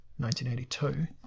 1982